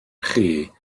chi